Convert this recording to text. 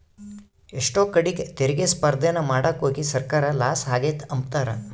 ಎಷ್ಟೋ ಕಡೀಗ್ ತೆರಿಗೆ ಸ್ಪರ್ದೇನ ಮಾಡಾಕೋಗಿ ಸರ್ಕಾರ ಲಾಸ ಆಗೆತೆ ಅಂಬ್ತಾರ